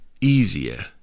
easier